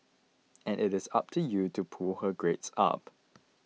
and it is up to you to pull her grades up